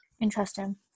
interesting